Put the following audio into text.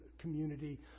community